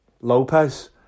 Lopez